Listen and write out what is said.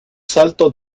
salto